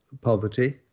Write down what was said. poverty